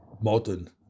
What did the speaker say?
modern